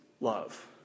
love